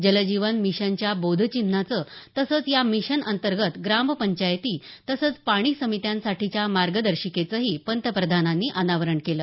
जलजीवन मिशनच्या बोधचिन्हाचं तसंच या मिशनअंतर्गत ग्रामपंचायती तसंच पाणी समित्यांसाठीच्या मार्गदर्शिकेचंही पंतप्रधानांनी अनावरण केलं